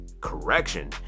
correction